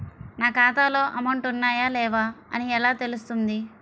నా ఖాతాలో అమౌంట్ ఉన్నాయా లేవా అని ఎలా తెలుస్తుంది?